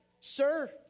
sir